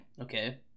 Okay